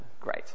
great